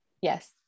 yes